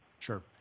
Sure